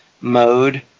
mode